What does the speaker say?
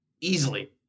Easily